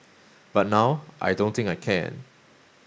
but now I don't think I can